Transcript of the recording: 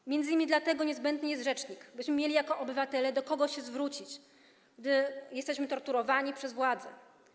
To m.in. dlatego niezbędny jest rzecznik, byśmy jako obywatele mieli do kogo się zwrócić, gdy jesteśmy torturowani przez władzę.